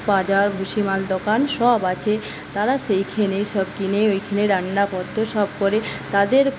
বাজার ভুসিমাল দোকান সব আছে তারা সেইখানে সব কিনে ওইখানে রান্নাপত্র সব করে তাদের